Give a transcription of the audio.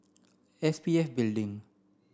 S P F Building